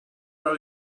are